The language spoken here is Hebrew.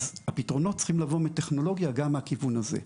הפתרונות צריכים לבוא מטכנולוגיה גם מהכיוון הזה.